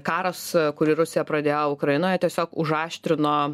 karas kurį rusija pradėjo ukrainoje tiesiog užaštrino